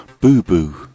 Boo-Boo